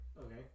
Okay